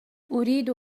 أريد